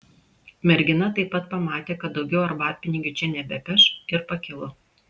mergina taip pat pamatė kad daugiau arbatpinigių čia nebepeš ir pakilo